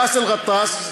באסל גטאס,